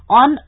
on